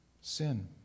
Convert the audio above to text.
sin